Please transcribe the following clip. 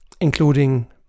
including